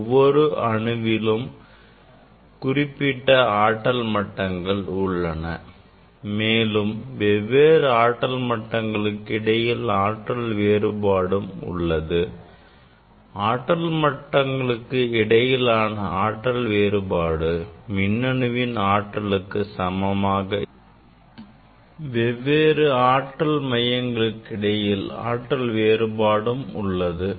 ஒவ்வொரு அணுவிலும் குறிப்பிட்ட ஆற்றல் மையங்கள் உள்ளன மேலும் வெவ்வேறு ஆற்றல் மையங்களுக்கு இடையில் ஆற்றல் வேறுபாடும் உள்ளது